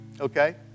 okay